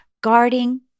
guarding